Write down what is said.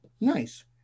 nice